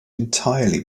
entirely